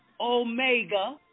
Omega